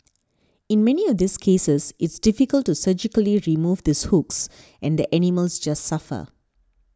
in many of these cases it's difficult to surgically remove these hooks and the animals just suffer